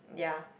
ya